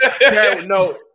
No